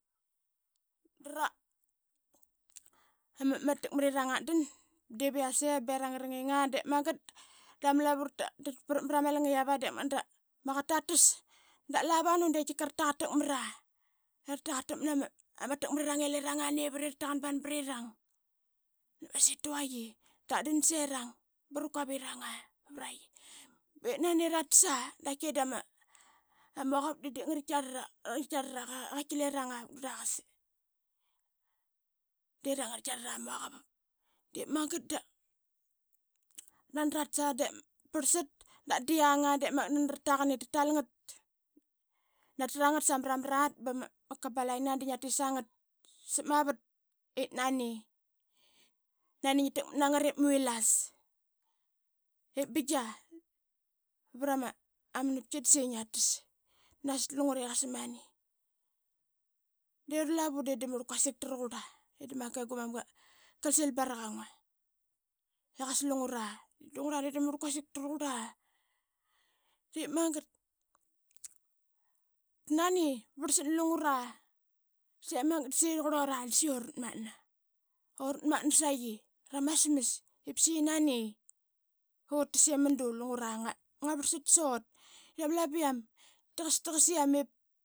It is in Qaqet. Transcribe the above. Dra ama takmarirang atdan ba dep i ase de rang aranging aa dep mangat dama lavu raprap mara ma langiap aa dep mangat da ama qaqet tatas dap lavanu de qatika rataqatakmat aa, i rataqat akmat numa takmarirang i leranga nevit i rataqan ban brirang. Nap ma stuaia ratdan serang bra quap virang aa ip nani rotas a da qait ee dama muaqap de dep nga ritarat aqa i qati lengrang avuk draqas de i ranga ratrat amuaqap. Dep mangat da nani ratas a bep parset dap dianga ngiatra nget sama ma rat bama kabalaiqina sap vat ip nani ngi takmat nangat ip ama vilas ip binga vara ma manapki saqi ngaitas lungure qasa mani. De ura lavu de dangare quasik taraqura i da makai guman qausil bangua i lungura de da ngari quarik da su qurora da uratmatna sai ramas smas ip utas imudu lungra nga. varsat sot da ama laviam taqastaqasiam ip.